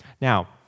Now